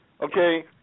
Okay